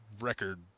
Record